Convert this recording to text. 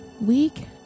week